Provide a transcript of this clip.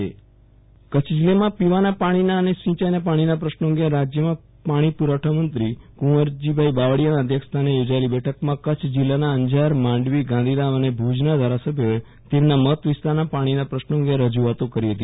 વિરલ રાણા રાજય પાણી પુરવઠામંત્રી પાણી પ્રશ્નો કચ્છ જિલ્લામાં પીવાના પાણી અને સિંચાઈના પાણીના પ્રશ્નો અંગે રાજયના પાણી પુ રવઠા મંત્રી કું વરજીભાઈ બાવડીયાના અધ્યક્ષ સ્થાને યોજાયેલી બેઠકમાં કચ્છ જિલ્લાના અંજાર માંડવીગાંધીધામ અને ભુજમાં ધારસભ્યોએ તેમના મત વિસ્તારના પાણીના પ્રશ્નો અંગે રજુઆતો કરી હતી